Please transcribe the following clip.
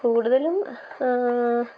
കൂടുതലും